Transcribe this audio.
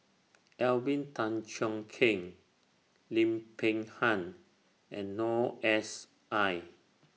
Alvin Tan Cheong Kheng Lim Peng Han and Noor S I